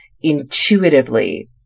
intuitively